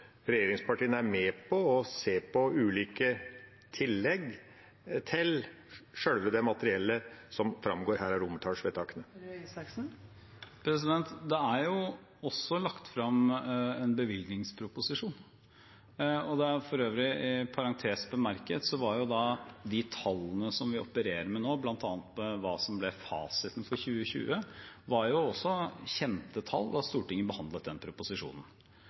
regjeringspartiene er med på å se på ulike tillegg til selve det materielle, som framgår her av romertallsvedtakene? Det er også blitt lagt fram en bevilgningsproposisjon. I parentes bemerket var for øvrig de tallene som vi opererer med nå, bl.a. hva som ble fasiten for 2020, kjente tall da Stortinget behandlet den proposisjonen.